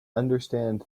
understand